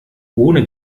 ohne